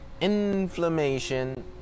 inflammation